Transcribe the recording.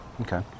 Okay